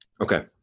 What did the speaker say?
Okay